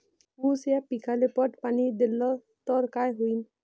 ऊस या पिकाले पट पाणी देल्ल तर काय होईन?